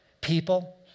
people